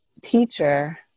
teacher